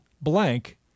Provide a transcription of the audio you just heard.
blank